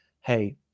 hey